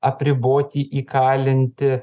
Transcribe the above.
apriboti įkalinti